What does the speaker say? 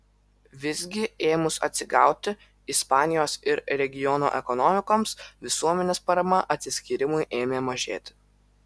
visgi ėmus atsigauti ispanijos ir regiono ekonomikoms visuomenės parama atsiskyrimui ėmė mažėti